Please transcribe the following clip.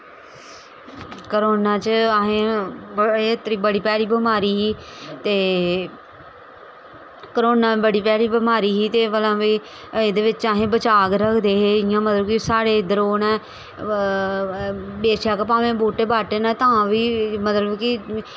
corona च असें एह् बड़ी भैड़ी बमारी ही ते करोना बड़ी भैड़ी बमारी ही ते भला एह् एह्दे बिच्च अस बचाब रक्खदे हे इ'यां मतलब कि साढ़े इद्धर ओह् न बेशक्क भामैं बूह्टे बाद्टे न तां बी मतलब कि